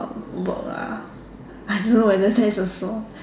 work ah I don't know I just also